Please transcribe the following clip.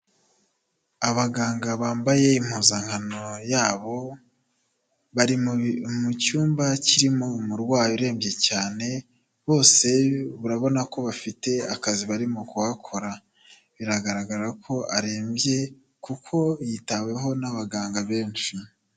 Abaganga bambaye impuzankano yabo, bari mu cyumba kirimo umurwayi urembye cyane, bose urabona ko bafite akazi barimo kuhakora. Biragaragara ko arembye kuko yitaweho n'abaganga benshi.